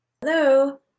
hello